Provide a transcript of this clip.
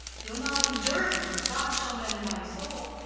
you'll not endure him? god shall mend my soul!